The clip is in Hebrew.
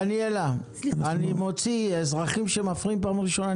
דניאלה, אני מוציא אזרחים שמפריעים פעם ראשונה.